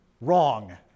Wrong